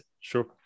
Sure